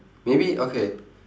maybe okay